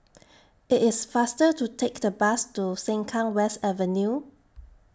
IT IS faster to Take The Bus to Sengkang West Avenue